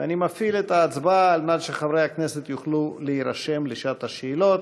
אני מפעיל את ההצבעה כדי שחברי הכנסת יוכלו להירשם לשעת השאלות.